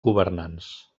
governants